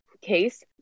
case